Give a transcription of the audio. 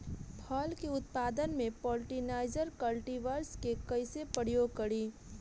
फल के उत्पादन मे पॉलिनाइजर कल्टीवर्स के कइसे प्रयोग करी?